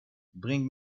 bring